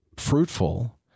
Fruitful